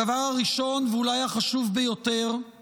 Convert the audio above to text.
הדבר הראשון ואולי החשוב ביותר הוא